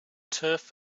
turf